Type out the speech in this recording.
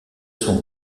son